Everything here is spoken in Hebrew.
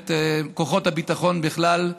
ואת כוחות הביטחון בכלל,